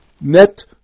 net